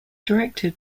directed